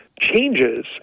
changes